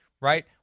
right